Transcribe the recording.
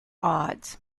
odds